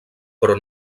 però